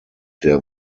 der